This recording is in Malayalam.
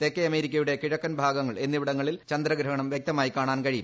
തെക്കേഅമേരിക്കയുടെ കിഴക്കൻ ഭാഗങ്ങൾ എന്നിവിടങ്ങളിൽ ചന്ദ്രഗ്രഹണം വൃക്തമായി കാണാൻ കഴിയും